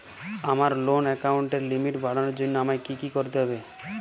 আমার লোন অ্যাকাউন্টের লিমিট বাড়ানোর জন্য আমায় কী কী করতে হবে?